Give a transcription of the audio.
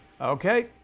okay